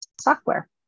software